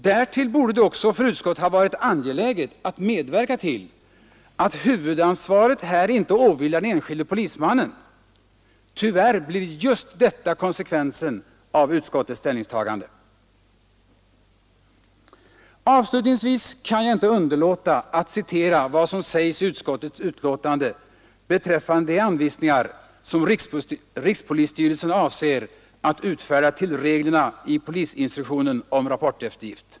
Därtill borde det också för utskottet ha varit angeläget att medverka till att huvudansvaret här inte åvilar den enskilde polismannen. Tyvärr blir just detta konsekvensen av utskottets ställningstagande. Avslutningsvis kan jag inte underlåta att citera vad som sägs i utskottsbetänkandet beträffande de anvisningar som rikspolisstyrelsen avser att utfärda till reglerna i polisinstruktionen om rapporteftergift.